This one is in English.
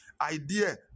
Idea